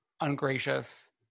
ungracious